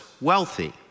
wealthy